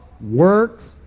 works